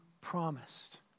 promised